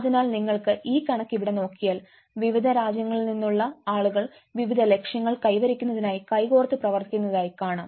അതിനാൽ നിങ്ങൾ ഈ കണക്ക് ഇവിടെ നോക്കിയാൽ വിവിധ രാജ്യങ്ങളിൽ നിന്നുള്ള ആളുകൾ വിവിധ ലക്ഷ്യങ്ങൾ കൈവരിക്കുന്നതിനായി കൈകോർത്ത് പ്രവർത്തിക്കുന്നതായി കാണാം